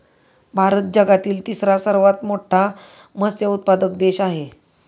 भारत जगातील तिसरा सर्वात मोठा मत्स्य उत्पादक देश आहे